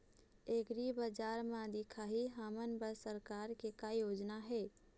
एग्रीबजार म दिखाही हमन बर सरकार के का योजना हे?